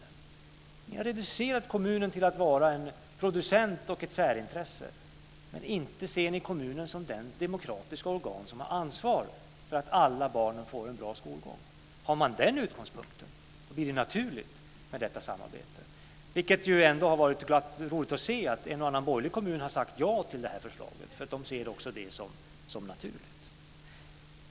Ni kristdemokrater har reducerat kommunen till att vara en producent och ett särintresse, men ni ser inte kommunen som det demokratiska organ som har ansvar för att alla barn får en bra skolgång. Har man den utgångspunkten blir det naturligt med detta samarbete. Det har ändå varit roligt att se att en och annan borgerlig kommun har sagt ja till det här förslaget därför att de också ser det som naturligt.